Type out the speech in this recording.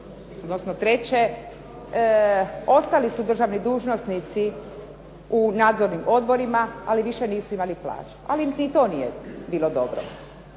odnosno treće, ostali su državni dužnosnici u nadzornim odborima, ali više nisu imali plaće. Ali ni to nije bilo dobro.